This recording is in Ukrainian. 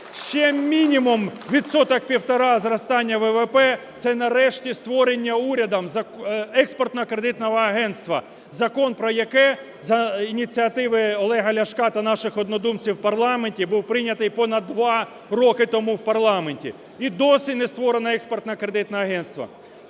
Ще мінімум відсоток-півтора зростання ВВП - це нарешті створення урядом Експортно-кредитного агентства, закон про яке за ініціативи Олега Ляшка та наших однодумців в парламенті був прийнятий понад два роки тому в парламенті. І досі не створено Експортно-кредитне агентство.